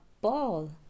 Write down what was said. ball